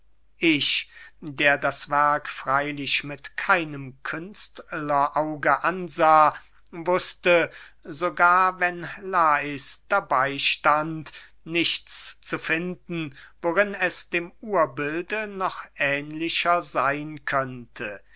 ich der das werk freylich mit keinem künstlerauge ansah wußte sogar wenn lais dabey stand nichts zu finden worin es dem urbilde noch ähnlicher seyn könnte